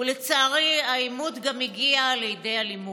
ולצערי העימות גם הגיע לידי אלימות.